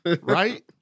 right